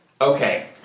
Okay